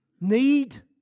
Need